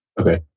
Okay